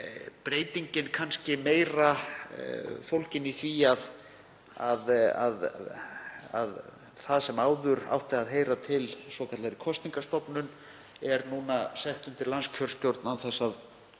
breytingin kannski meira fólgin í því að það sem áður átti að heyra undir kosningastofnun er núna sett undir landskjörstjórn án þess að